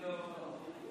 טאהא, בבקשה,